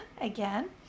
again